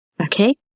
okay